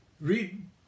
read